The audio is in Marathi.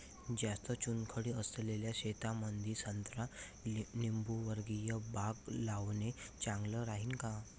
जास्त चुनखडी असलेल्या शेतामंदी संत्रा लिंबूवर्गीय बाग लावणे चांगलं राहिन का?